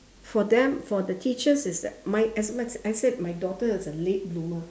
for them for the teachers is that my as much I said my daughter is a late bloomer